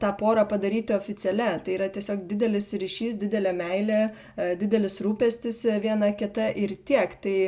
tą porą padaryti oficialia tai yra tiesiog didelis ryšys didelė meilė didelis rūpestis viena kita ir tiek tai